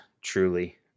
Truly